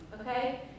Okay